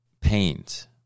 paint